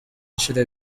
inshuro